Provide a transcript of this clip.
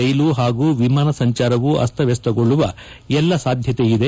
ರೈಲು ಹಾಗೂ ವಿಮಾನ ಸಂಚಾರವೂ ಅಸ್ತವ್ಯಸ್ತಗೊಳ್ಳುವ ಎಲ್ಲಾ ಸಾಧ್ಯತೆಯಿದೆ